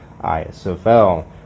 ISFL